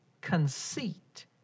conceit